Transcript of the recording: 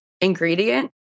ingredient